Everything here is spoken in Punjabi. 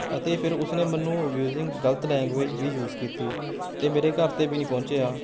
ਅਤੇ ਫਿਰ ਉਸਨੇ ਮੈਨੂੰ ਐਬਯੁਜਿੰਗ ਗਲਤ ਲੈਗਵੇਂਜ ਵੀ ਯੂਜ਼ ਕੀਤੀ ਅਤੇ ਮੇਰੇ ਘਰ 'ਤੇ ਵੀ ਨਹੀਂ ਪਹੁੰਚਿਆ